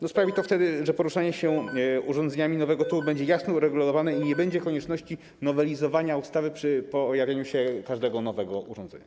To sprawi, że poruszanie się urządzeniami nowego typu będzie jasno uregulowane i nie będzie konieczności nowelizowania ustawy przy pojawieniu się każdego nowego urządzenia.